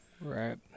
Right